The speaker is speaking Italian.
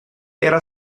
era